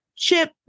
chip